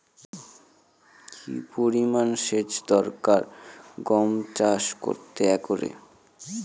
কি পরিমান সেচ দরকার গম চাষ করতে একরে?